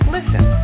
Listen